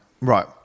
Right